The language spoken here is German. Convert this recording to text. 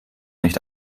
nicht